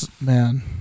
man